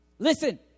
Listen